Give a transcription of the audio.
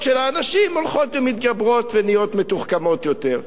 של האנשים הולכות ומתגברות ונהיות מתוחכמות יותר.